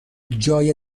جای